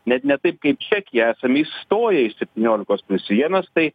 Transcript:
net ne taip kaip čekija esam įstoję į septyniolikos plius vienas tai